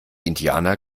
indianer